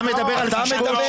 אתה מדבר על קשקוש?